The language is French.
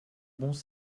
bons